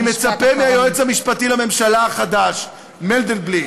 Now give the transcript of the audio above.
אני מצפה מהיועץ המשפטי לממשלה החדש מנדלבליט,